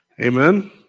Amen